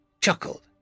chuckled